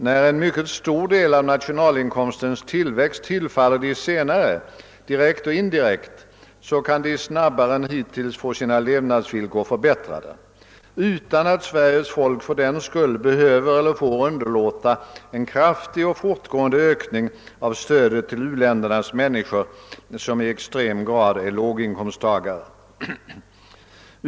När en mycket stor del av nationalinkomstens tillväxt direkt och indirekt tillfaller de senare kan dessa snabbare än hittills få sina levnadsvillkor förbättrade utan att Sveriges folk fördenskull behöver eller får underlåta att bidra till en kraftig och fortgående ökning av stödet till människorna i uländerna, som i extremt hög grad är låginkomsttagare.